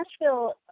Nashville